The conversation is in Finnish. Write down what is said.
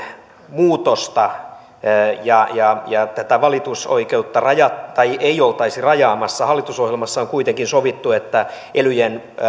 muutosta ja ja tätä valitusoikeutta ei oltaisi rajaamassa hallitusohjelmassa on kuitenkin sovittu että elyjen